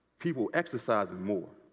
people exercising more.